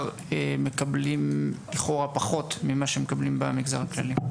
מקבלים לכאורה פחות ממה שמקבלים במגזר הכללי.